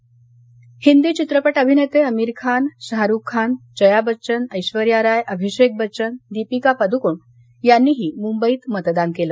तर हिंदी चित्रपट अभिनेते आमिर खान शाहरुख खान जया बच्चन ऐश्वर्या राय अभिषेक बच्चन दीपिका पदुकोण यांनीही मुंबईत मतदान केलं